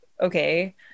okay